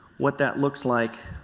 what that looks like